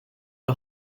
est